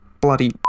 bloody